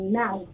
now